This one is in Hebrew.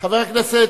לסעיף 2